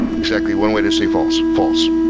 exactly one way to say false, false.